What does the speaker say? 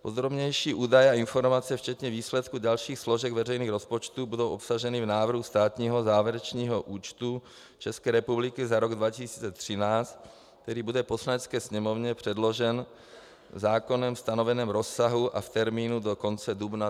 Podrobnější údaje a informace, včetně výsledků dalších složek veřejných rozpočtů, budou obsaženy v návrhu státního závěrečného účtu ČR za rok 2013, který bude Poslanecké sněmovně předložen v zákonem stanoveném rozsahu a v termínu do konce dubna 2014.